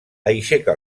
aixeca